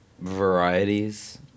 varieties